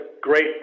great